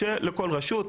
כשלכל רשות,